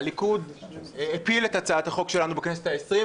הליכוד הפיל את הצעת החוק שלנו בכנסת העשרים,